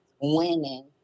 winning